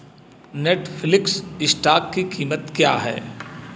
Netflix stock की कीमत क्या है